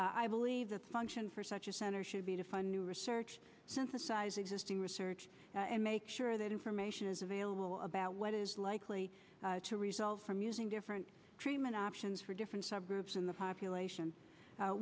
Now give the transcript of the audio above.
world i believe that the function for such a center should be to fund new research synthesize existing research and make sure that information is available about what is likely to result from using different treatment options for different subgroups in the population